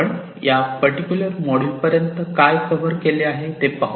आपण या particular module पर्यंत काय कव्हर केले आहे आहे ते पाहू